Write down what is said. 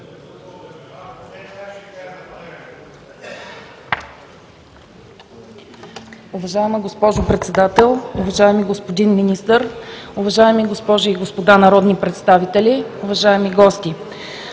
Уважаема госпожо Председател, уважаеми господин Министър, уважаеми госпожи и господа народни представители, уважаеми гости!